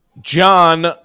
John